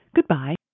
Goodbye